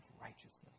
righteousness